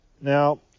Now